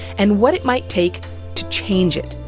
and what it might take to change it.